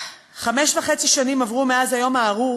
חמש שנים וחצי עברו מאז היום הארור